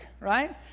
right